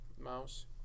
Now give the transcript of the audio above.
mouse